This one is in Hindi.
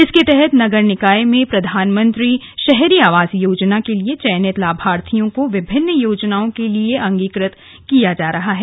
इसके तहत नगर निकाय में प्रधानमंत्री शहरी आवास योजना के लिए चयनित लाभार्थियों को विभिन्न योजनाओं के लिए अंगीकृत किया जा रहा है